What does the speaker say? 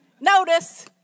Notice